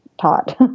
taught